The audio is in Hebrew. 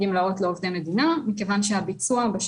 בסיוע הזה,